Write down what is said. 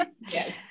yes